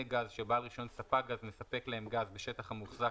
גז שבעל רישיון ספק גז מספק להם גז בשטח המוחזק